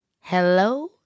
Hello